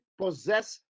possess